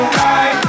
right